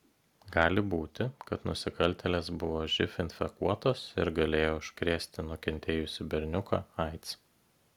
gali būti kad nusikaltėlės buvo živ infekuotos ir galėjo užkrėsti nukentėjusį berniuką aids